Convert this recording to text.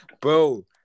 Bro